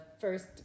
first